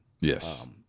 Yes